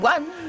One